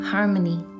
Harmony